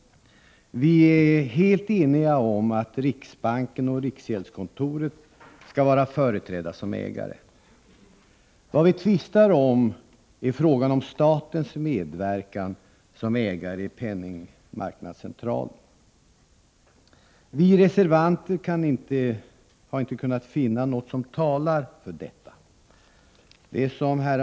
Vi är helt eniga om att riksbanken och riksgäldskontoret skall vara företrädda som ägare. Vad vi tvistar om är frågan om statens medverkan som ägare i penningmarknadscentralen. Vi reservanter har inte kunnat finna något som talar för en sådan medverkan.